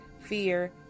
fear